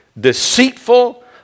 deceitful